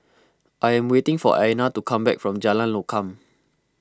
I am waiting for Ayanna to come back from Jalan Lokam